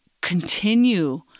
continue